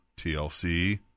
TLC